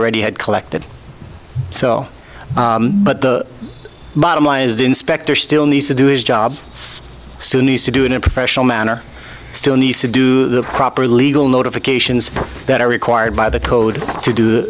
already had collected so but the bottom line is the inspector still needs to do is job still needs to do in a professional manner still needs to do the proper legal notifications that are required by the code to do